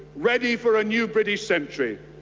ready for a new british century,